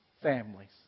families